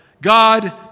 God